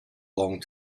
long